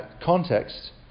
context